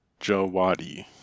jawadi